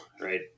right